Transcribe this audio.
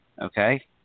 Okay